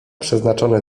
przeznaczony